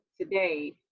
today